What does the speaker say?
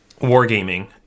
wargaming